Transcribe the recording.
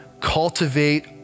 cultivate